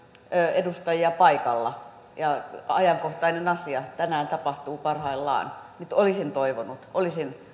edustajia paikalla ja ajankohtainen asia tänään tapahtuu parhaillaan nyt olisin toivonut olisin